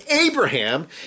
Abraham